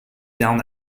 down